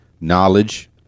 knowledge